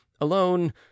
alone